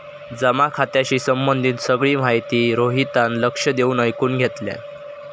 जमा खात्याशी संबंधित सगळी माहिती रोहितान लक्ष देऊन ऐकुन घेतल्यान